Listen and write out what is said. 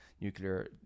nuclear